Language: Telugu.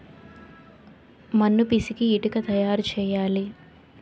మన్ను పిసికి ఇటుక తయారు చేయాలి